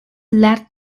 led